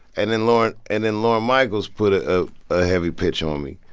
and then lorne and then lorne michaels put a ah ah heavy pitch on me,